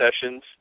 sessions